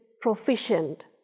proficient